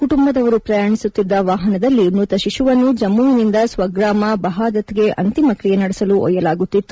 ಕುಟುಂಬದವರು ಪ್ರಯಾಣಿಸುತ್ತಿದ್ದ ವಾಹನದಲ್ಲಿ ಮೃತ ಶಿಶುವನ್ನು ಜಮ್ನುವಿನಿಂದ ಸ್ವಗ್ರಾಮ ಬಹಾದತ್ಗೆ ಅಂತಿಮ ಕ್ರಿಯೆ ನಡೆಸಲು ಒಯ್ಖಲಾಗುತ್ತಿತ್ತು